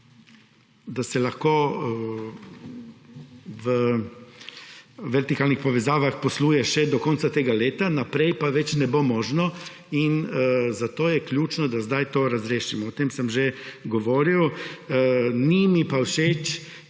da se lahko v vertikalnih povezavah posluje še do konca tega leta, naprej pa več ne bo možno. Zato je ključno, da zdaj to razrešimo. O tem sem že govoril. Ni mi pa všeč,